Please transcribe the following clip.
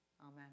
Amen